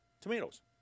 tomatoes